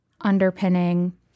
underpinning